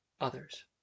others